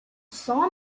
saw